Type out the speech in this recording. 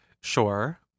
Sure